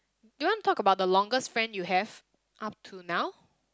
do you want talk about the longest friend you have up to now